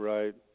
Right